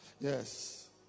Yes